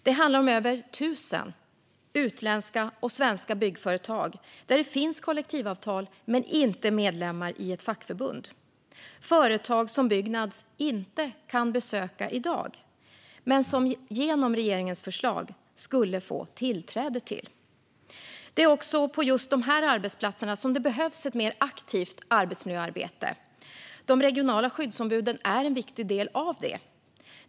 Det handlar om över 1 000 utländska och svenska byggföretag där det finns kollektivavtal men inte medlemmar i ett fackförbund. Det är företag som Byggnads inte kan besöka i dag men som man genom regeringens förslag skulle få tillträde till. Det är på just dessa arbetsplatser som det behövs ett mer aktivt arbetsmiljöarbete, och de regionala skyddsombuden är en viktig del av det.